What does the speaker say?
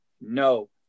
no